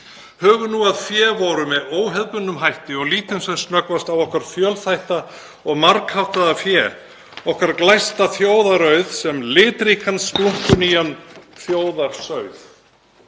Hugum nú að fé voru með óhefðbundnum hætti og lítum sem snöggvast á okkar fjölþætta og margháttaða fé, okkar glæsta þjóðarauð sem litríkan splunkunýjan þjóðarsauð